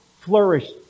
flourished